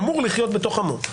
אמור לחיות בתוך עמו.